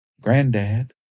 Granddad